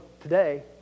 today